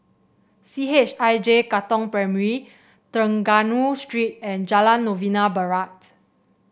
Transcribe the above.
C H I J Katong Primary Trengganu Street and Jalan Novena Barat